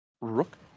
Rook